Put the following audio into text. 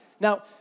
Now